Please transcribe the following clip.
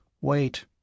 Wait